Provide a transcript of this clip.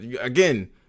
again